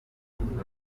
umukobwa